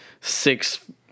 six